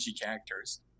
characters